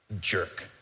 jerk